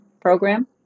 program